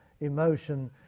emotion